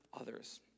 others